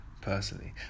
personally